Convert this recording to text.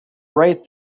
right